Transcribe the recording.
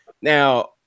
now